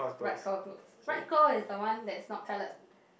right claw closed right claw is the one that's not coloured